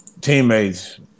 teammates